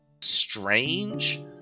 strange